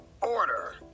order